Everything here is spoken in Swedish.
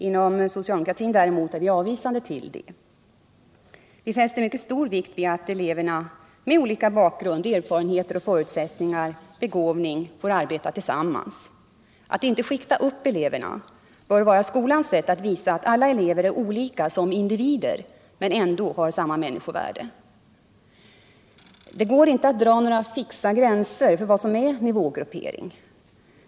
Inom socialdemokratin däremot är vi av visande till det. Vi fäster mycket stor vikt vid att elever med olika bakgrund, erfarenheter, förutsättningar och begåvning får arbeta tillsammans. Att inte skikta upp eleverna bör vara skolans sätt att visa att alla elever är olika som individer men ändå har samma människovärde. Det går inte att dra några fixa gränser för vad som är nivågruppering.